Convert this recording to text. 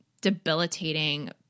debilitating